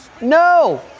no